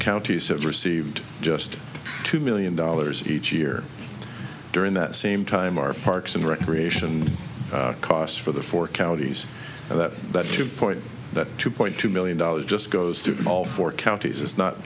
counties have received just two million dollars each year during that same time our parks and recreation costs for the four counties and that that two point that two point two million dollars just goes to all four counties it's not